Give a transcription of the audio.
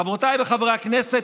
חברותיי וחברי הכנסת,